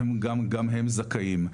גם הם זכאים.